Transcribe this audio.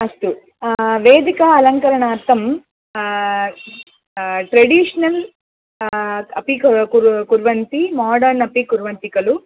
अस्तु वेदिका अलङ्करणार्थं ट्रेडिशनल् अपि कुर्वन्ति माडर्न् अपि कुर्वन्ति खलु